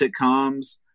sitcoms